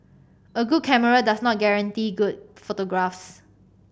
a good camera does not guarantee good photographs